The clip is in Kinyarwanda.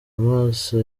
amaso